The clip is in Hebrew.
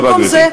במקום זה,